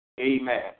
Amen